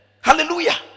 Hallelujah